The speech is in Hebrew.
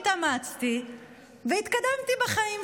התאמצתי והתקדמתי בחיים,